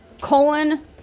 colon